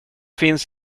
finns